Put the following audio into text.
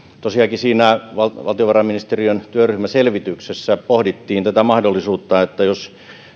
tosiaankin siinä valtiovarainministeriön työryhmäselvityksessä pohdittiin tätä mahdollisuutta että jos